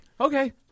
Okay